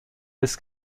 des